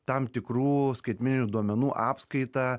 tam tikrų skaitmeninių duomenų apskaitą